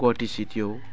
Guwahati city याव